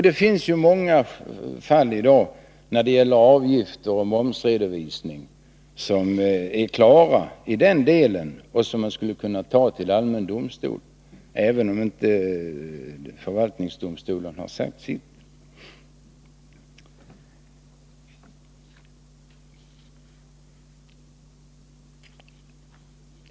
Det finns i dag många fall när det gäller avgifter och momsredovisning som är klara i den delen och som man skulle kunna ta till allmän domstol, även om förvaltningsdomstolen inte har sagt sitt.